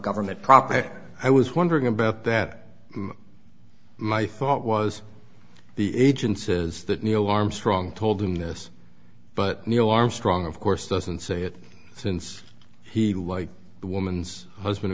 government property i was wondering about that my thought was the agency says that neil armstrong told him this but neil armstrong of course doesn't say it since he was the woman's husband